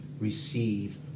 receive